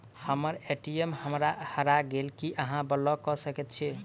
हम्मर ए.टी.एम हरा गेल की अहाँ ब्लॉक कऽ सकैत छी?